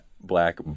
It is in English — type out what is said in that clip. black